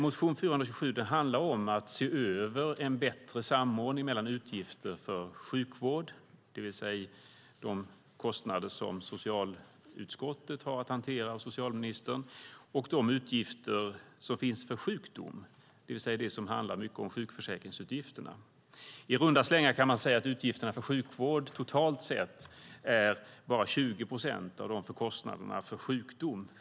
Motion 427 handlar om att se över möjligheten att få en bättre samordning av utgifter för sjukvård, det vill säga de kostnader som socialutskottet och socialministern har att hantera, och de utgifter som finns för sjukdom, det vill säga det som handlar mycket om sjukförsäkringsutgifterna. I runda slängar kan man säga att utgifterna för sjukvård, totalt sett, bara är 20 procent av dem för kostnaderna för sjukdom.